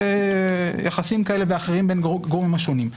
ביחסים כאלה ואחרים בין הגורמים השונים.